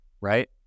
right